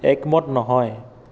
একমত নহয়